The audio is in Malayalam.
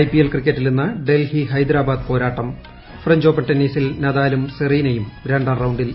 ഐപിഎൽ ക്രിക്കറ്റിൽ ഇന്ന് ഡൽഹി ഹൈദരാബാദ് പോരാട്ടം ഫ്രഞ്ച് ഓപ്പൺ ടെന്നീസിൽ നദാലും സെറീനയും രണ്ടാം റൌണ്ടിൽ